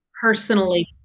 personally